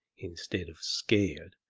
instead of scared,